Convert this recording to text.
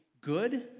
good